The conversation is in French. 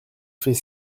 fait